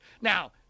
now